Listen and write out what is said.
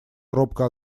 робко